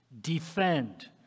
Defend